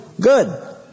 good